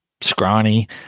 scrawny